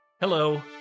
Hello